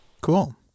Cool